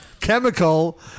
Chemical